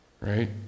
Right